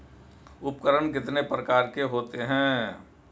उपकरण कितने प्रकार के होते हैं?